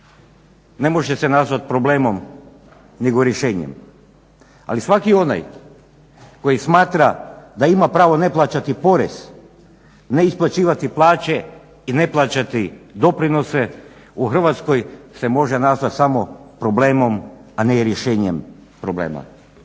ne može se nazvati problemom nego rješenjem. Ali svaki onaj koji smatra da ima pravo ne plaćati porez, ne isplaćivati plaće i ne plaćati doprinose u Hrvatskoj se može nazvat samo problemom a ne rješenjem problema.